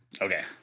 Okay